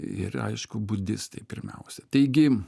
ir aišku budistai pirmiausia taigi